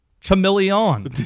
chameleon